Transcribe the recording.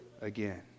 again